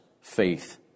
faith